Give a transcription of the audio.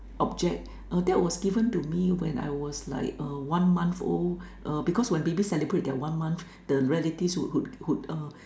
object uh that was given to me when I was like uh one month old uh because when baby celebrate their one month their relatives would give a